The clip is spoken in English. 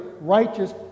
righteous